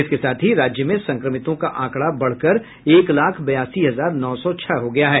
इसके साथ ही राज्य में संक्रमितों का आंकड़ा बढ़कर एक लाख बयासी हजार नौ सौ छह हो गया है